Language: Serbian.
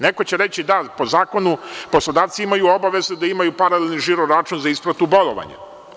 Neko će reći da po zakonu poslodavci imaju obavezu da imaju paralelni žiro račun za isplatu bolovanja.